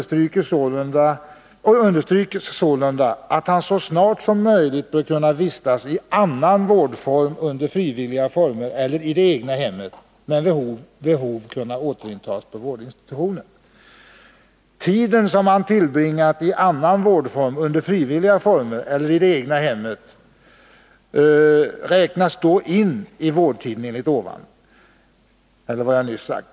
Sålunda understryks att han så snart som möjligt bör kunna vårdas i annan vårdform under frivilliga former eller i det egna hemmet men vid behov kunna återintas på vårdinstitutionen. Tiden som vederbörande vårdas i annan vårdform under frivilliga former räknas in i den vårdtid som det här gäller.